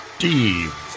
Steve